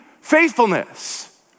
faithfulness